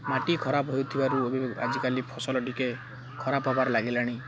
ମାଟି ଖରାପ ହେଉଥିବାରୁ ଆଜିକାଲି ଫସଲ ଟିକେ ଖରାପ ହେବାରେ ଲାଗିଲାଣି